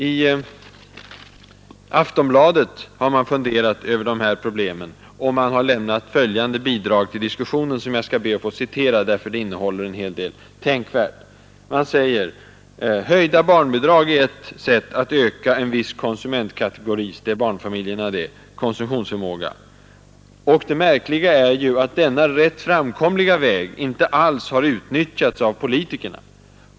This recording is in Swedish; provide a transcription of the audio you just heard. På Aftonbladet har man funderat över dessa problem, och man har därifrån lämnat följande bidrag till diskussionen, som jag skall be att få återge därför att det innehåller en del tänkvärt: ”Höjda barnbidrag är ett sätt att öka en viss kategoris — nämligen barnfamiljernas — konsumtionsförmåga. Och det märkliga är ju att denna rätt framkomliga väg inte alls har utnyttjats av politikerna.